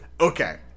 Okay